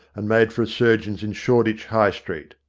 and made for a surgeon's in shoreditch high street.